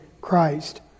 Christ